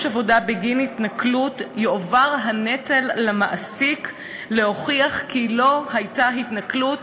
עבודה בגין התנכלות יועבר למעסיק הנטל להוכיח כי לא הייתה התנכלות,